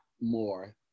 more